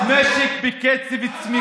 הרבה מיליארדים השקענו במערכת הבריאות.